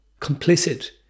complicit